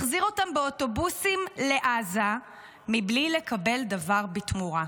החזיר אותם באוטובוסים לעזה מבלי לקבל דבר בתמורה,